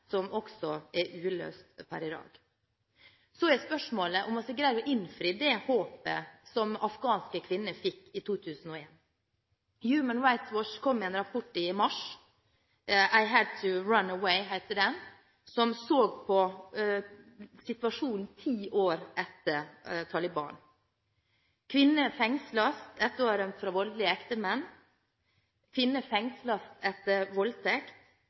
som også er uløst per i dag. Så er spørsmålet om vi har greid å innfri det håpet afghanske kvinner fikk i 2001. Human Rights Watch kom med en rapport i mars, «I had to run away», som så på situasjonen ti år etter Taliban. Kvinner fengsles etter å ha rømt fra voldelige ektemenn, kvinner fengsles etter voldtekt,